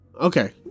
Okay